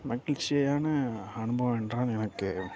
மகிழ்ச்சியான அனுபவம் என்றால் எனக்கு